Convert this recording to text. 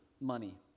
money